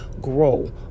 grow